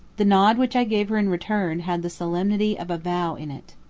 the nod which i gave her in return had the solemnity of a vow in it.